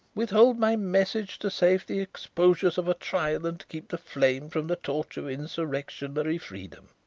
withhold my message to save the exposures of a trial, and keep the flame from the torch of insurrectionary freedom.